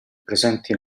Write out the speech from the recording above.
presenti